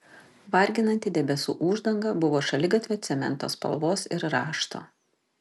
varginanti debesų uždanga buvo šaligatvio cemento spalvos ir rašto